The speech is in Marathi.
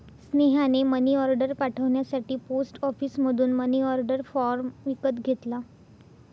स्नेहाने मनीऑर्डर पाठवण्यासाठी पोस्ट ऑफिसमधून मनीऑर्डर फॉर्म विकत घेतला